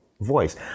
voice